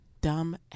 dumb